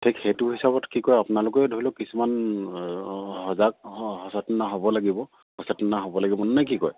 ঠিক সেইটো হিচাপত কি কয় আপোনালোকে ধৰি লওক কিছুমান সজাগ সচেতন হ'ব লাগিব সচেতন হ'ব লাগিব নে কি কয়